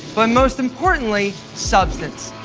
but most importantly, substance.